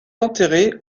enterrée